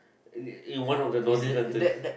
eh one of the naughty countries